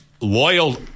loyal